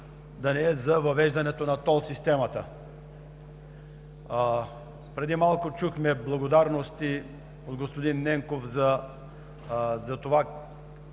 Преди малко чухме благодарности от господин Ненков за това